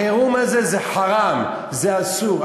החירום הזה זה חראם, זה אסור.